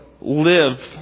live